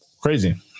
Crazy